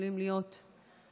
שיכולים להיות למשפחה,